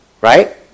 right